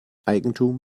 eigentum